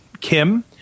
Kim